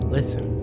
Listen